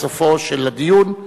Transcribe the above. בסופו של הדיון,